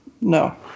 No